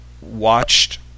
watched